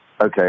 Okay